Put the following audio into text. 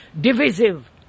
divisive